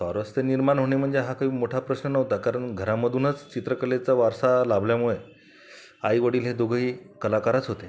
स्वारस्य निर्माण होणे म्हणजे हा काही मोठा प्रश्न नव्हता कारण घरामधूनच चित्रकलेचा वारसा लाभल्यामुळं आईवडील हे दोघंही कलाकारच होते